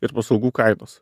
ir paslaugų kainos